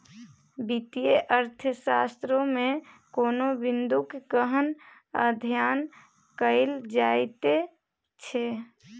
वित्तीय अर्थशास्त्रमे कोनो बिंदूक गहन अध्ययन कएल जाइत छै